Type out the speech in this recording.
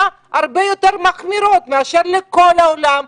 הרבה יותר מחמירות מאשר לכל העולם,